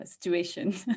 situation